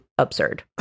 Absurd